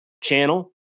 channel